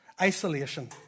Isolation